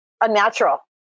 unnatural